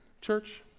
church